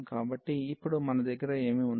కాబట్టి ఇప్పుడు మన దగ్గర ఏమి ఉంది